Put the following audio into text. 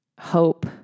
hope